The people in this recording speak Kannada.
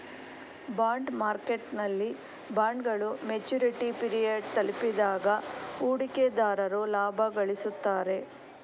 ಬಾಂಡ್ ಮಾರ್ಕೆಟ್ನಲ್ಲಿ ಬಾಂಡ್ಗಳು ಮೆಚುರಿಟಿ ಪಿರಿಯಡ್ ತಲುಪಿದಾಗ ಹೂಡಿಕೆದಾರರು ಲಾಭ ಗಳಿಸುತ್ತಾರೆ